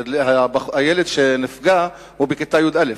הילד שנפגע הוא בכיתה י"א,